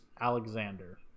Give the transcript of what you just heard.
Alexander